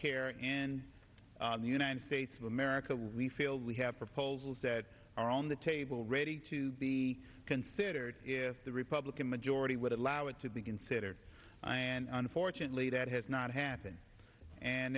in the united states of america we feel we have proposals that are on the table ready to be considered if the republican majority would allow it to be considered and unfortunately that has not happened and